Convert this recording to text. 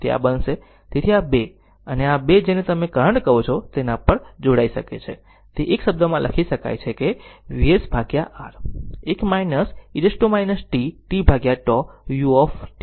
તેથી આ 2 આ 2 જેને તમે કરંટ કહો છો તેના પર જોડાઈ શકે છે તે એક શબ્દમાં લખી શકાય છે જે VsR 1 e t tτ u